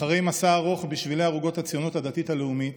אחרי מסע ארוך בשבילי ערוגות הציונות הדתית הלאומית,